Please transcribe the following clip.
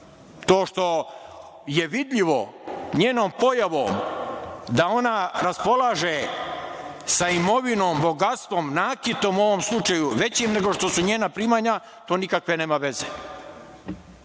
što je vidljivo njenom pojavom da ona raspolaže sa imovinom, bogatstvom, nakitom u ovom slučaju većim nego što su njena primanja, to nikakve nema veze.